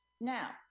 Now